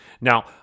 Now